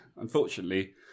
unfortunately